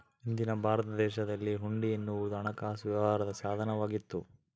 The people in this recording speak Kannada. ಹಿಂದಿನ ಭಾರತ ದೇಶದಲ್ಲಿ ಹುಂಡಿ ಎನ್ನುವುದು ಹಣಕಾಸು ವ್ಯವಹಾರದ ಸಾಧನ ವಾಗಿತ್ತು